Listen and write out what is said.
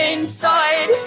inside